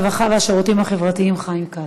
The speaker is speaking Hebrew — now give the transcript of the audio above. הרווחה והשירותים החברתיים חיים כץ.